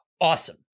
awesome